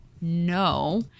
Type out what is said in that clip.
no